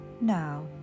Now